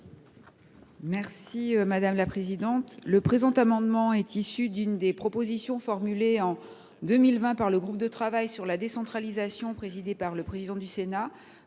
présenter l’amendement n° II 15. Cet amendement est issu de l’une des propositions formulées en 2020 par le groupe de travail sur la décentralisation présidé par le président du Sénat,